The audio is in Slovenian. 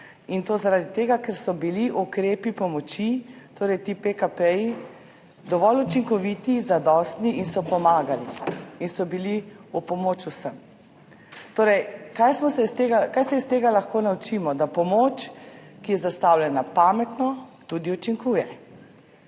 in to zaradi tega, ker so bili ukrepi pomoči, torej ti PKP-ji, dovolj učinkoviti, zadostni in so bili v pomoč vsem. Torej, kaj se lahko iz tega naučimo? Da pomoč, ki je zastavljena pametno, tudi učinkuje,